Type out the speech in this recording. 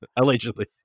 Allegedly